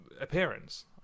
appearance